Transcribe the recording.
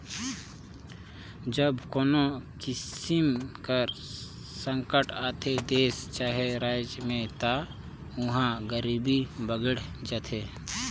जब कोनो किसिम कर संकट आथे देस चहे राएज में ता उहां गरीबी बाड़गे जाथे